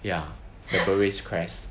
ya the beret's crest